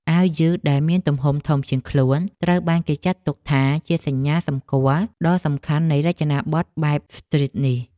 អាវយឺតដែលមានទំហំធំជាងខ្លួនត្រូវបានគេចាត់ទុកថា ជាសញ្ញាសម្គាល់ដ៏សំខាន់នៃរចនាប័ទ្មបែបស្ទ្រីតនេះ។